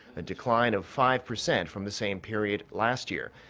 a decline of five percent from the same period last year.